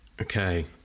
Okay